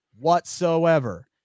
whatsoever